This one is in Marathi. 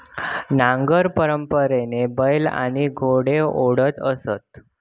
नांगर परंपरेने बैल आणि घोडे ओढत असत